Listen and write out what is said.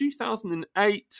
2008